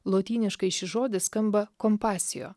lotyniškai šis žodis skamba kompasijo